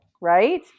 right